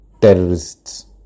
terrorists